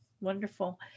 Wonderful